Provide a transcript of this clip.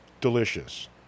delicious